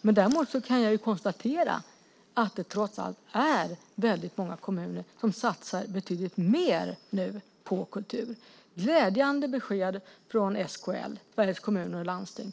Däremot kan jag konstatera att det trots allt är väldigt många kommuner som satsar betydligt mer på kultur nu. Det är glädjande besked om detta från SKL, Sveriges Kommuner och Landsting.